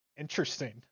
Interesting